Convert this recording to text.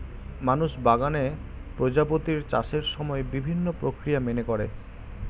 মানুষ বাগানে প্রজাপতির চাষের সময় বিভিন্ন প্রক্রিয়া মেনে করে